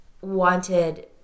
wanted